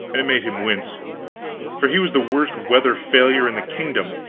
and it made him wince for he was the worst weather-failure in the kingdom.